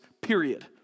period